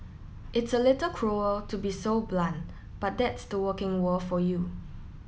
it's a little cruel to be so blunt but that's the working world for you